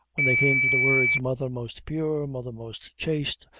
when they came to the words, mother most pure, mother most chaste,